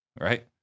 right